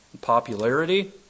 popularity